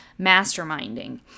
masterminding